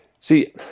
See